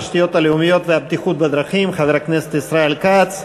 התשתיות הלאומיות והבטיחות בדרכים חבר הכנסת ישראל כץ.